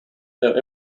though